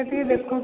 sir ଟିକେ ଦେଖନ୍ତୁ